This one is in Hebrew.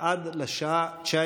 אני ממש קוראת לך, אדוני